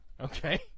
Okay